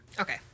okay